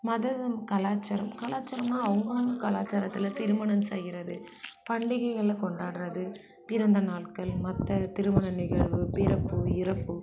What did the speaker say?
மதம் கலாச்சாரம் கலாச்சாரம்னா அவங்களும் கலாச்சாரத்தில் திருமணம் செய்றது பண்டிகைகளை கொண்டாடுறது பிறந்த நாட்கள் மற்ற திருமண நிகழ்வு பிறப்பு இறப்பு